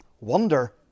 Wonder